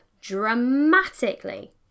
dramatically